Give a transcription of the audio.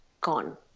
gone